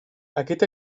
aquest